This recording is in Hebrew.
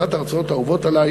אחת ההרצאות האהובות עלי